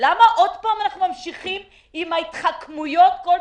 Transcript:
הדיונים כאן